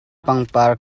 pangpar